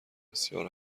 بسیار